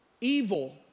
evil